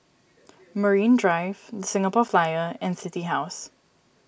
Marine Drive Singapore Flyer and City House